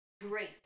great